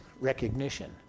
recognition